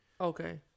Okay